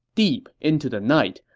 deep into the night,